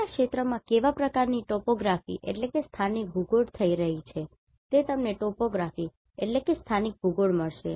તમારા ક્ષેત્રમાં કેવા પ્રકારની Topography સ્થાનિક ભૂગોળ થઈ રહી છે તે તમને Topography સ્થાનિક ભૂગોળ મળશે